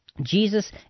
Jesus